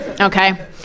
Okay